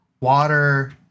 water